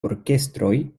orkestroj